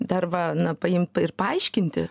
dar va na paim paaiškinti